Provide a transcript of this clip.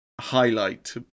highlight